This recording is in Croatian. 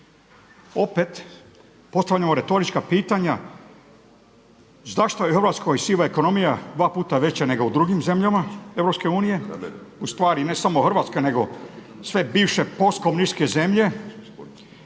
Opet postavljamo retorička pitanja, zašto je u Hrvatskoj siva ekonomija dva puta veća nego u drugim zemljama EU, ustvari ne samo Hrvatska nego sve bivše post komunističke zemlje,